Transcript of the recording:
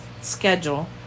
schedule